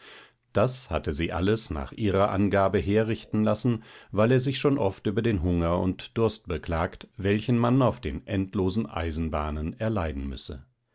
das hatte sie alles nach ihrer angabe herrichten lassen weil er sich schon oft über den hunger und durst beklagt welchen man auf den endlosen eisenbahnen erleiden müsse